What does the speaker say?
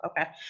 Okay